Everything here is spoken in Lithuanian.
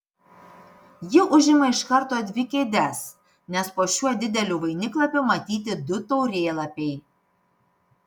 ji užima iš karto dvi kėdes nes po šiuo dideliu vainiklapiu matyti du taurėlapiai